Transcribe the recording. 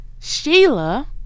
Sheila